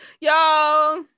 y'all